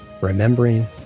remembering